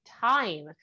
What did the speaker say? time